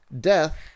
death